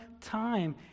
time